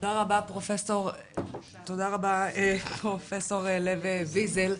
תודה רבה פרופסור לב ויזל.